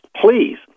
please